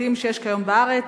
החברתיים שיש כיום בארץ